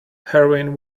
heroin